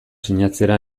sinatzera